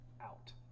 out